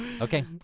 okay